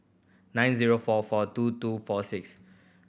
nine zero four four two two four six